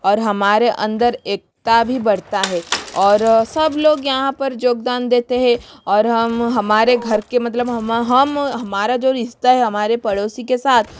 और हमारे अंदर एकता भी बढ़ता है और सब लोग यहाँ पर योगदान देते है और हम हमारे घर के मतलब हमारा जो रिस्ता है हमारे पड़ोसी के साथ